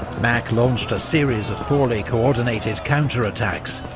mack launched a series of poorly co-ordinated counterattacks,